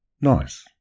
Nice